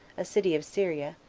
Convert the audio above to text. a city of syria,